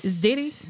Diddy